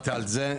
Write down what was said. דיברתי על זה.